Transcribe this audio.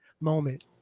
moment